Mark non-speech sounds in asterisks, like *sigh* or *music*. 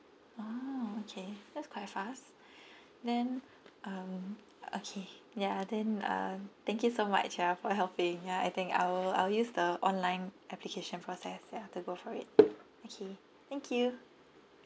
oh okay that's quite fast *breath* then um okay ya then uh thank you so much ya for helping ya I think I will I'll use the online application process ya to go for it okay thank you